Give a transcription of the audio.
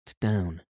down